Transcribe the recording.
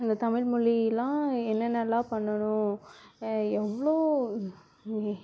இந்த தமிழ்மொழிலாம் என்னென்னலாம் பண்ணனும் எவ்வளோ